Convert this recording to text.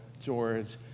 George